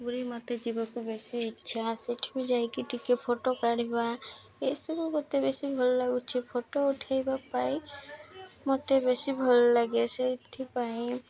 ପୁରୀ ମତେ ଯିବାକୁ ବେଶୀ ଇଚ୍ଛା ସେଇଠି ବି ଯାଇକି ଟିକେ ଫଟୋ କାଢ଼ିବା ଏସବୁ ମତେ ବେଶୀ ଭଲ ଲାଗୁଛି ଫଟୋ ଉଠେଇବା ପାଇଁ ମତେ ବେଶୀ ଭଲ ଲାଗେ ସେଥିପାଇଁ